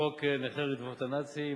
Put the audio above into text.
בחוק נכי רדיפות הנאצים,